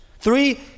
three